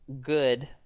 good